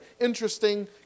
Interesting